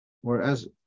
whereas